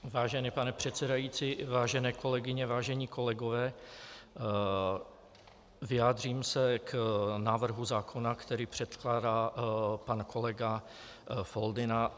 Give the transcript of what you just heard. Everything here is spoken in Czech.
Vážený pane předsedající, vážené kolegyně, vážení kolegové, vyjádřím se k návrhu zákona, který předkládá pan kolega Foldyna.